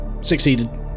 Succeeded